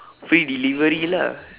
free delivery lah